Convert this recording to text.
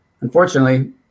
Unfortunately